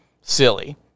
silly